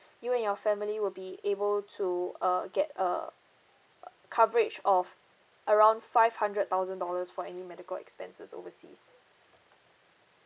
you and your family would be able to uh get a coverage of around five hundred thousand dollars for any medical expenses overseas